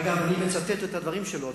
אגב, אני מצטט את הדברים שלו.